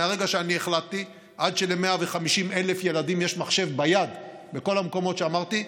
מרגע שאני החלטתי עד של-150,000 ילדים יש מחשב ביד בכל המקומות שאמרתי,